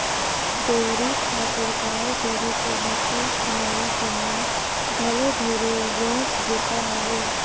dairy खातिर गाय गोरु के नसल चुनई करना घलो ढेरे रोंट बूता हवे